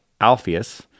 Alpheus